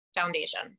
foundation